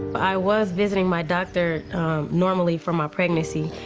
i was visiting my doctor normally for my pregnancy.